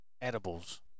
edibles